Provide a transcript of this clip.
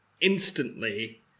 instantly